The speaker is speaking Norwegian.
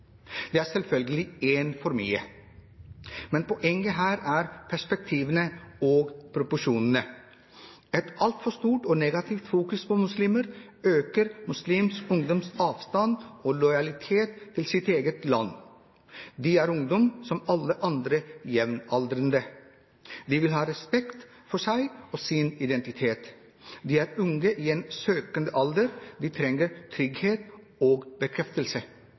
Det er selvfølgelig én for mye. Men poenget her er perspektivene og proporsjonene. Et altfor stort og negativt fokus på muslimer øker muslimsk ungdoms avstand og lojalitet til sitt eget land. De er ungdommer som alle andre jevnaldrende. De vil ha respekt for seg og sin identitet. De er unge i en søkende alder. De trenger trygghet og bekreftelse,